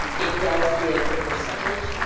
and it does give the percentage.